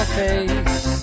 face